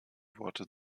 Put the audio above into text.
worte